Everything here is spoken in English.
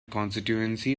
constituency